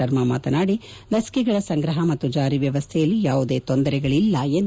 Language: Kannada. ಶರ್ಮಾ ಮಾತನಾಡಿ ಲಸಿಕೆಗಳ ಸಂಗ್ರಹ ಮತ್ತು ಜಾರಿ ವ್ಯವಸ್ಥೆಯಲ್ಲಿ ಯಾವುದೇ ತೊಂದರೆಗಳಿಲ್ಲ ಎಂದು ಭರವಸೆ ನೀಡಿದರು